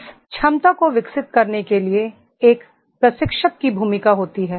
इस क्षमता को विकसित करने के लिए एक प्रशिक्षक की भूमिका होती है